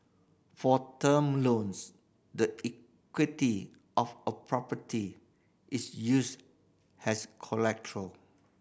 for term loans the equity of a property is used as